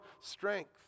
strength